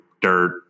dirt